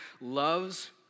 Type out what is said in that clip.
loves